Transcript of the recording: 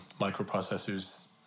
microprocessors